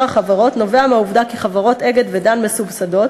החברות נובע מהעובדה כי חברות "אגד" ו"דן" מסובסדות,